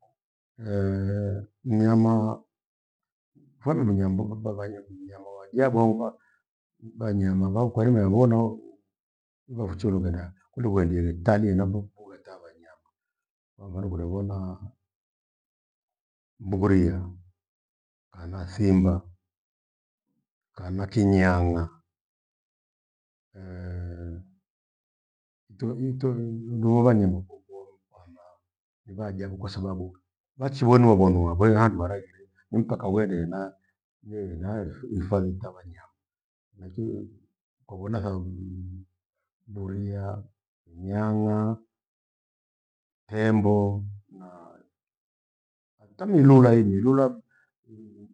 mnyama famindunyamboa favaiya kwiya mnyama wa wajabu hauvaa vanyama vaukwari maivona vakucholo ghedangha kule uhendie italie na vopho hata wanyama. Kwamfano kurevona mburiya, kana thimba, kana kinyang'a, tu- ito- nu- nuhovanyimo kuku hoho mbamba nivaajabu kwasababu wachivonwa vughonu wakwehandwa halaighire ni mpka uende ena- nieena ifathi ta wanyama. Na ki- ukavona mburia, inyang'a, tembo na- na hata milula iri- irura ehe